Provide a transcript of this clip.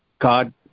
God